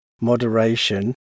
moderation